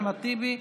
אחמד טיבי,